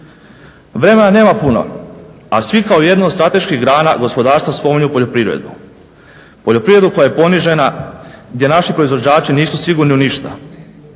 Vremena nema puno, a svi kao jednu od strateških grana gospodarstva spominju poljoprivredu. Poljoprivredu koja je ponižena, gdje naši proizvođači nisu sigurni u ništa.